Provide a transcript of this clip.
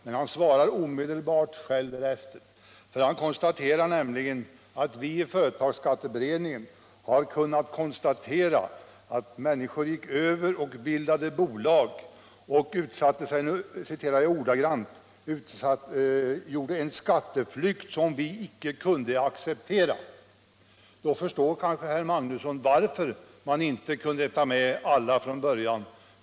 Men han svarar omedelbart själv och slår fast att vi i företagsskatteberedningen har kunnat konstatera att människor gick över och bildade bolag och gjorde en skatteflykt som vi icke kunde acceptera. Då förstår kanske herr Magnusson varför man inte kunde ta med alla från början.